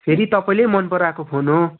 फेरि तपाईँले मन पराएको फोन हो